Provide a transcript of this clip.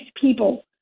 people